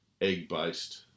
egg-based